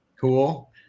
cool